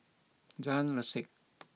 Jalan Resak